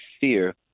fear